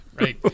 right